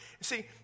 See